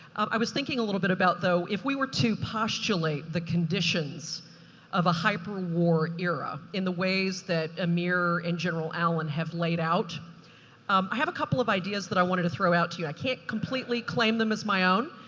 i was thinking a little bit about, though, if we were to postulate the conditions of a hyperwar era in the ways that amir and general allen have laid out, i have a couple of ideas that i wanted to throw out to you. i can't completely claim them as my own.